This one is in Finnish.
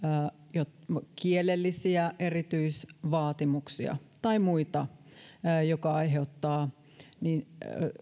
kielellisiä erityisvaatimuksia tai muuta joka aiheuttaa